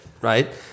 right